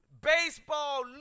Baseball